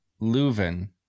Leuven